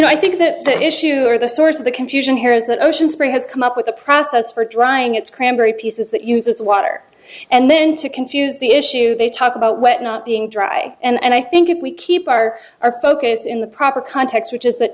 know i think that the issue or the source of the confusion here is that ocean spray has come up with a process for drying it's cranberry pieces that uses water and then to confuse the issue they talk about wet not being dry and i think if we keep our our focus in the proper context which is